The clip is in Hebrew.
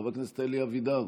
חבר הכנסת אלי אבידר,